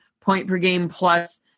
point-per-game-plus